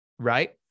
right